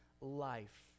life